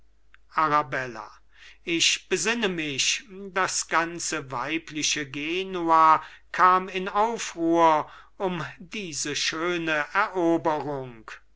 arabella ich besinne mich das ganze weibliche genua kam in aufruhr um diese schöne eroberung